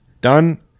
done